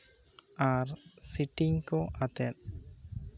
ᱟᱨ ᱥᱤᱴᱤᱝ ᱠᱚ ᱟᱛᱮᱫ